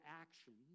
actions